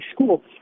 school